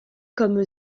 comme